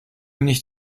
nicht